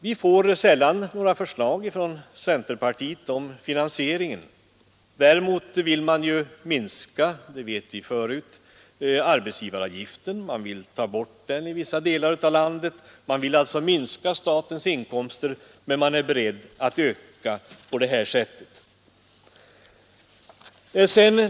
Vi får sällan några förslag från centerpartiet om finansieringen. Däremot vill man minska — det vet vi förut — arbetsgivaravgiften och ta bort den i vissa delar av landet. Man vill alltså sänka statens inkomster, men är beredd att på det här sättet öka utgifterna.